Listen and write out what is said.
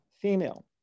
female